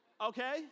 Okay